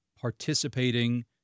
participating